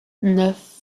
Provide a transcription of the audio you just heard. neuf